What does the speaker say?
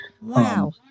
Wow